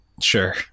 Sure